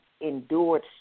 endured